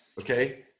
Okay